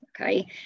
okay